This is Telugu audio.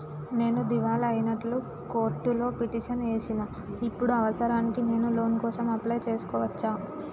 నేను దివాలా అయినట్లు కోర్టులో పిటిషన్ ఏశిన ఇప్పుడు అవసరానికి నేను లోన్ కోసం అప్లయ్ చేస్కోవచ్చా?